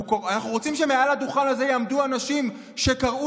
אנחנו רוצים שמעל הדוכן הזה יעמדו אנשים שקראו